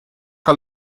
que